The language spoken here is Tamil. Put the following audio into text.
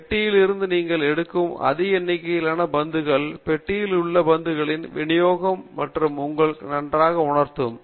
பெட்டியில் இருந்து நீங்கள் எடுக்கும் அதிக எண்ணிக்கையிலான பந்துகள் பெட்டியில் உள்ள பந்துகளின் விநியோகம் பற்றி உங்களுக்கு நன்றாக உணர்த்தும்